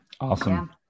Awesome